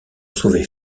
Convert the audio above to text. sauver